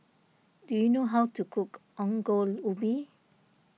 do you know how to cook Ongol Ubi